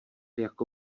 jako